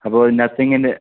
അപ്പോൾ നത്തിങ്ങിൻ്റെ